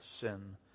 Sin